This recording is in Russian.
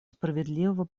справедливого